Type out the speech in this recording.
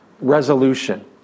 resolution